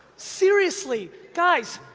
seriously, guys,